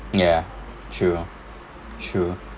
ya true true